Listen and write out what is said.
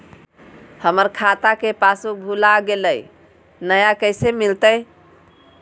हमर खाता के पासबुक भुला गेलई, नया कैसे मिलतई?